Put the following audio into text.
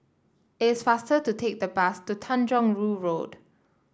it is faster to take the bus to Tanjong Rhu Road